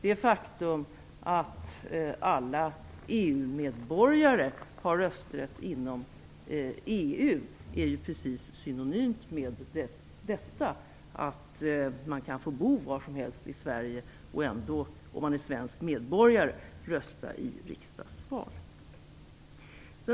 Det faktum att alla EU-medborgare har rösträtt inom EU är precis synonymt med detta: Man kan få bo var som helst i Sverige och ändå, om man är svensk medborgare, rösta i svenskt riksdagsval.